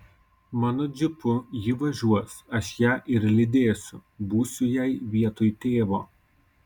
mano džipu ji važiuos aš ją ir lydėsiu būsiu jai vietoj tėvo